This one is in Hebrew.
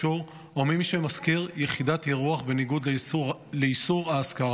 או מי שמשכיר יחידת אירוח בניגוד לאיסור ההשכרה.